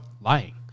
lying